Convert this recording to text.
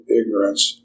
ignorance